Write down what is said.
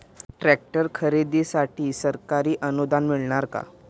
Tractor खरेदीसाठी सरकारी अनुदान मिळणार का?